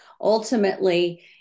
Ultimately